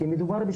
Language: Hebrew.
כי מדובר,